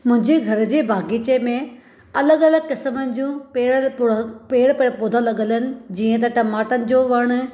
मुंहिंजे घर जे बाग़ीचे में अलॻि अलॻि क़िस्म जूं पेड़ पुढ़ पौधा लॻियलु आहिनि जीअं त टमाटर जो वणु